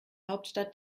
hauptstadt